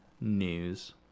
news